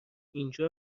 اینجا